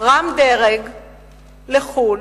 רם-דרג לחוץ-לארץ,